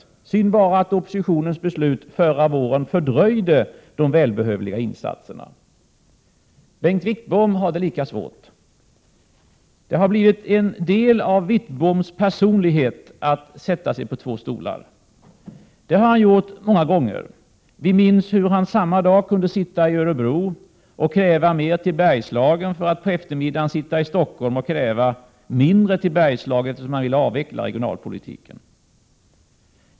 Men det är synd att oppositionens beslut förra våren fördröjde de välbehövliga insatserna. Bengt Wittbom har det lika svårt. Det har blivit en del av Bengt Wittboms personlighet att sätta sig på två stolar. Det har han gjort många gånger. Vi minns hur han samma dag kunde sitta i Örebro och kräva mer till Bergslagen för att på eftermiddagen sitta i Stockholm och kräva mindre till Bergslagen, eftersom han ville avveckla regionalpolitiken.